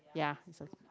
ya